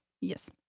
Yes